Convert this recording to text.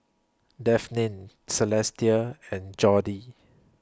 Devyn Celestia and Jordy